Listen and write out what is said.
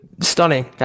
stunning